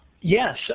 Yes